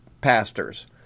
pastors